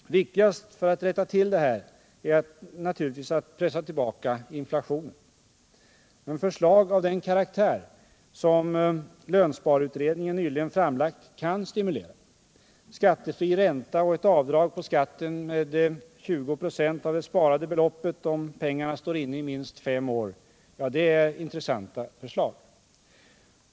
Viktigast för att rätta till det här är naturligtvis att pressa tillbaka inflationen. Men förslag av den karaktär som lönsparutredningen nyligen framlagt kan stimulera. Skattefri ränta och ett avdrag på skatten med 20 946 av det sparade beloppet om pengarna står inne i minst fem år är intressanta förslag.